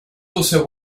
also